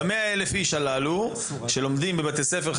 100 אלף התלמידים הללו שלומדים בבתי ספר,